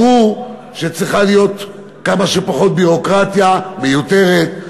ברור שצריכה להיות כמה שפחות ביורוקרטיה מיותרת,